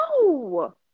No